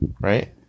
right